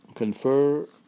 Confer